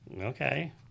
Okay